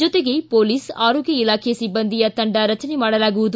ಜೊತೆಗೆ ಪೊಲೀಸ್ ಆರೋಗ್ಯ ಇಲಾಖೆ ಸಿಬ್ಬಂದಿಯ ತಂಡ ರಚನೆ ಮಾಡಲಾಗುವುದು